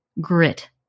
grit